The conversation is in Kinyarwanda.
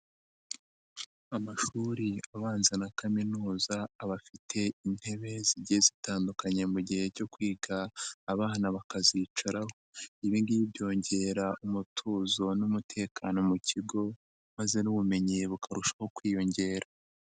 Amashuri abanza na Kaminuza aba afite intebe zigiye zitandukanye mu gihe cyo kwiga abana bakazicaraho, ibi ngibi byongera umutuzo n'umutekano mu kigo maze n'ubumenyi bukarushaho kwiyongera.